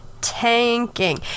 tanking